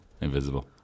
invisible